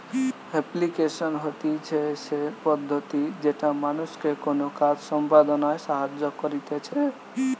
application হতিছে সে পদ্ধতি যেটা মানুষকে কোনো কাজ সম্পদনায় সাহায্য করতিছে